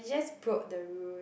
just broke the rule